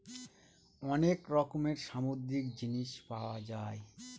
অনেক রকমের সামুদ্রিক জিনিস পাওয়া যায়